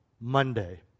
Monday